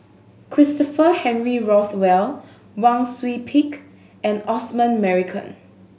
Christopher Henry Rothwell Wang Sui Pick and Osman Merican